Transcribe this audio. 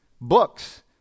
books